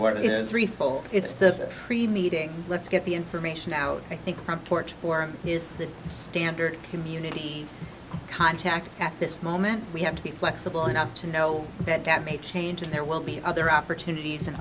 it's the three meetings let's get the information out i think front porch for his standard community contact at this moment we have to be flexible enough to know that that may change and there will be other opportunities and